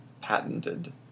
patented